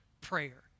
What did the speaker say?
prayer